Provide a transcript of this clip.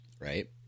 right